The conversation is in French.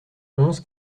onze